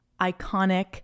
iconic